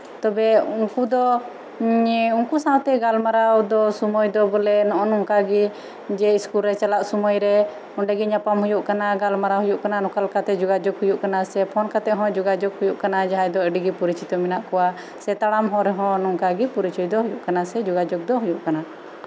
ᱛᱚᱵᱮ ᱩᱱᱠᱩ ᱥᱟᱶᱛᱮ ᱜᱟᱞᱢᱟᱨᱟᱣ ᱫᱚ ᱥᱚᱢᱚᱭ ᱫᱚ ᱵᱚᱞᱮ ᱱᱚᱼᱚ ᱱᱚᱝᱠᱟᱜᱮ ᱡᱮ ᱤᱥᱠᱩᱞ ᱨᱮ ᱪᱟᱞᱟᱜ ᱥᱚᱢᱚᱭᱨᱮ ᱚᱸᱰᱮ ᱜᱮ ᱧᱟᱯᱟᱢ ᱦᱩᱭᱩᱜ ᱠᱟᱱᱟ ᱜᱟᱞᱢᱟᱨᱟᱣ ᱦᱩᱭᱩᱜ ᱠᱟᱱᱟ ᱱᱚᱝᱠᱟ ᱞᱮᱠᱟᱛᱮ ᱡᱳᱜᱟᱡᱳᱜ ᱦᱩᱭᱩᱜ ᱠᱟᱱᱟ ᱥᱮ ᱯᱷᱳᱱ ᱠᱟᱛᱮᱜ ᱦᱚᱸ ᱡᱳᱜᱟᱡᱳᱜᱽ ᱦᱩᱭᱩᱜ ᱠᱟᱱᱟ ᱡᱟᱸᱦᱟᱭ ᱫᱚ ᱟᱹᱰᱤᱜᱮ ᱯᱚᱨᱤᱪᱤᱛᱚ ᱦᱮᱱᱟᱜ ᱠᱚᱣᱟ ᱥᱮ ᱛᱟᱲᱟᱢ ᱦᱚᱲ ᱨᱮᱦᱚᱸ ᱱᱚᱝᱠᱟᱜᱮ ᱯᱚᱨᱤᱪᱚᱭ ᱫᱚ ᱦᱩᱭᱩᱜ ᱠᱟᱱᱟ ᱥᱮ ᱡᱳᱜᱟᱡᱳᱜᱽ ᱫᱚ ᱦᱩᱭᱩᱜ ᱠᱟᱱᱟ